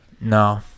No